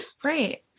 Great